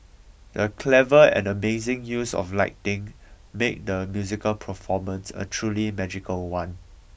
the clever and amazing use of lighting made the musical performance a truly magical one